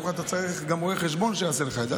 אומרים לך שאתה צריך גם רואה חשבון שיעשה לך את זה.